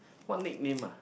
what nick name ah